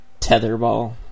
Tetherball